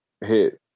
hit